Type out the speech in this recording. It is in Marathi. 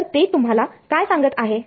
तर ते तुम्हाला काय सांगत आहे